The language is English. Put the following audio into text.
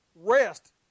rest